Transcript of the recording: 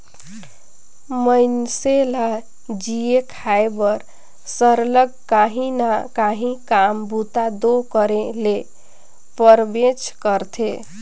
मइनसे ल जीए खाए बर सरलग काहीं ना काहीं काम बूता दो करे ले परबेच करथे